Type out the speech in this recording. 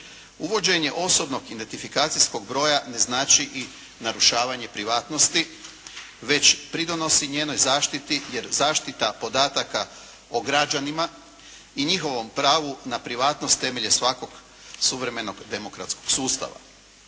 Uvođenje osobnog identifikacijskog broja ne znači i narušavanje privatnosti već pridonosi njenoj zaštiti, jer zaštita podataka o građanima i njihovom pravu na privatnost temelj je svakog suvremenog demokratskog sustava.